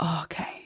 okay